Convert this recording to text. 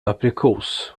aprikos